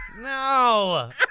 no